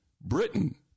Britain